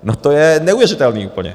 No to je neuvěřitelný úplně.